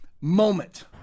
moment